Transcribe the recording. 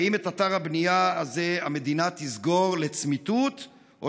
האם את אתר הבנייה הזה המדינה תסגור לצמיתות או